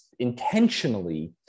intentionally